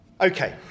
Okay